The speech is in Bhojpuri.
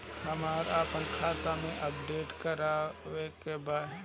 हमरा आपन खाता अपडेट करे के बा